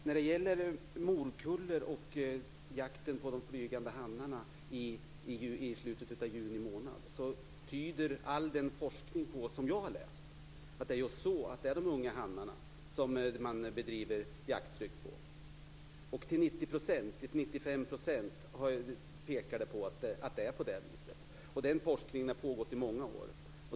När det gäller morkullor och jakten på de flygande hannarna i slutet av juni månad, tyder all den forskning som jag har tagit del av på att det är de unga hannarna som man bedriver jakt på. Till 95 % pekar forskningen på att det förhåller sig på det sättet. Den forskningen har pågått i många år.